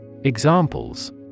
Examples